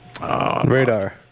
Radar